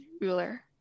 ruler